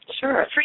sure